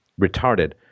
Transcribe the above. retarded